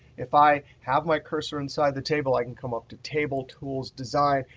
if i have my cursor inside the table, i can come up the table tools design.